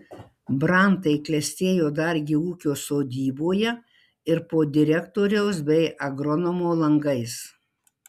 brantai klestėjo dargi ūkio sodyboje ir po direktoriaus bei agronomo langais